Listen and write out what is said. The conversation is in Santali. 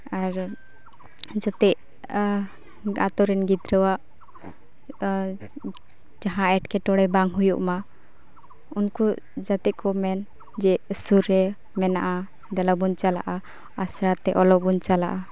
ᱟᱨ ᱡᱮᱛᱮ ᱟᱛᱳᱨᱮᱱ ᱜᱤᱫᱽᱨᱟᱹᱣᱟᱜ ᱡᱟᱦᱟᱸ ᱮᱴᱠᱮᱴᱚᱬᱮ ᱵᱟᱝ ᱦᱩᱭᱩᱜ ᱢᱟ ᱩᱱᱠᱩ ᱡᱟᱛᱮᱠᱚ ᱢᱮᱱ ᱡᱮ ᱥᱩᱨ ᱨᱮ ᱢᱮᱱᱟᱜᱼᱟ ᱫᱮᱞᱟᱵᱚᱱ ᱪᱟᱞᱟᱜᱼᱟ ᱟᱥᱲᱟᱛᱮ ᱚᱞᱚᱜᱵᱚᱱ ᱪᱟᱞᱟᱜᱼᱟ